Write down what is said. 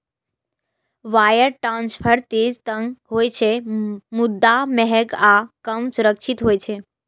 wire transfer तेज तं होइ छै, मुदा महग आ कम सुरक्षित होइ छै